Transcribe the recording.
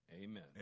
Amen